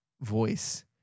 voice